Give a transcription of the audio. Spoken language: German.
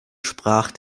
sprach